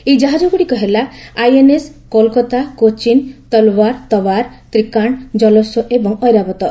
ଏହି ଜାହାଜ ଗୁଡିକ ହେଲା ଆଇଏନଏସ କୋଲାକାତା କୋଚିନତଲୱାର ତବାର ତ୍ରିକାଣ୍ଡ ଜଲସ୍ପ ଏବଂ ଔରାବତ୍